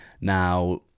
Now